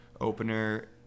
opener